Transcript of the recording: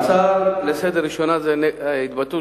ההצעה לסדר-היום הראשונה היא: ההתבטאות